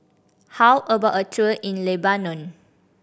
how about a tour in Lebanon